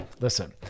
listen